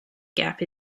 gap